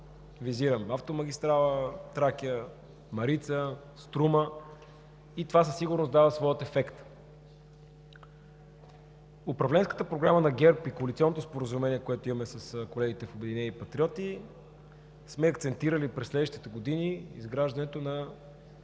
Визирам автомагистрали „Тракия“, „Марица“, „Струма“. Това със сигурност дава своя ефект. Управленската програма на ГЕРБ и коалиционното споразумение, което имаме с колегите в „Обединени патриоти“, сме акцентирали през следващите години изграждането на